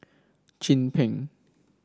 Chin Peng